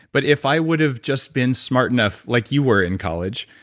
but if i would have just been smart enough, like you were in college,